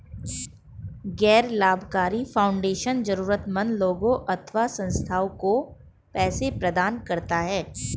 गैर लाभकारी फाउंडेशन जरूरतमन्द लोगों अथवा संस्थाओं को पैसे प्रदान करता है